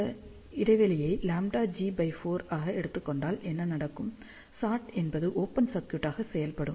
இந்த இடைவெளியை λg4 ஆக எடுத்துக் கொண்டால் என்ன நடக்கும் ஷொர்ட் என்பது ஓபன் சர்க்யூடாக செயல்படும்